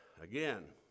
again